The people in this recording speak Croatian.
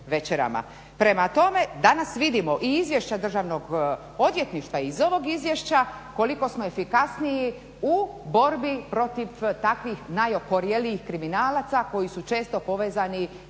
Prema tome, danas vidimo i Izvješće Državnog odvjetništva i iz ovog Izvješća koliko smo efikasniji u borbi protiv takvih najokorjelijih kriminalaca koji su često povezani